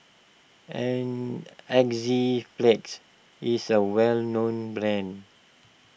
Enzyplex is a well known brand